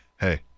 hey